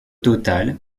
total